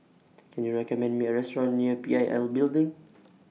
Can YOU recommend Me A Restaurant near P I L Building